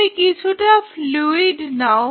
তুমি কিছুটা ফ্লুইড নাও